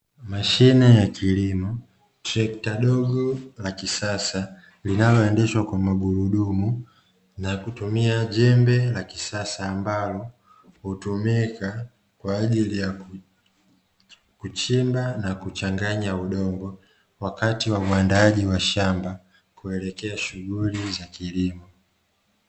Mashine ya kilimo, trekta dogo la kisasa linaloendeshwa kwa magurudumu na kutumia jembe la kisasa, ambalo hutumika kwa ajili ya kuchimba na kuchanganya udongo wakati wa uandaaji wa shamba; kuelekea shughuli za kilimo.